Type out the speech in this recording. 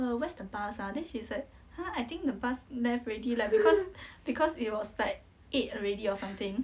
err where's the bus ah then she's like her !huh! I think the bus left already leh because because it was like eight already or something